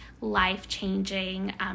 life-changing